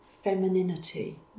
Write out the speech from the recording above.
femininity